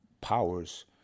powers